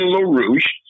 LaRouche